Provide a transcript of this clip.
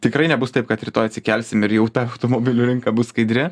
tikrai nebus taip kad rytoj atsikelsim ir jau ta automobilių rinka bus skaidri